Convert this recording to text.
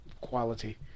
quality